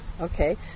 Okay